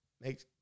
make